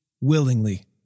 willingly